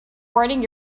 writing